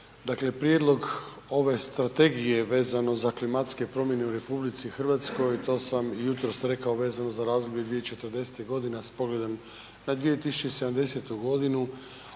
prijedlog ove strategije vezano za klimatske promjene u RH, to sam jutros rekao vezano za razdoblje 2040. g. s pogledom na 2070. g.,